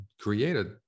created